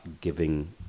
giving